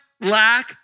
lack